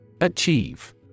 Achieve